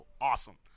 awesome